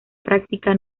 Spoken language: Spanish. práctica